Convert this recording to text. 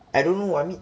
I don't know I mean